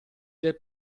del